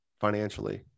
financially